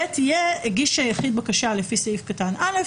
(ב) יהיה: " הגיש היחיד בקשה לפי סעיף קטן (א),